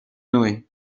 noé